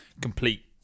complete